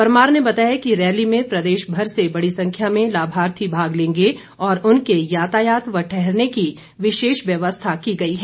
परमार ने बताया कि रैली में प्रदेशभर से बड़ी संख्या में लाभार्थी भाग लेंगे और उनके यातायात व ठहरने की विशेष व्यवस्था की गई है